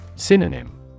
Synonym